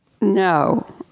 No